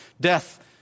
Death